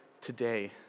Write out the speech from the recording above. today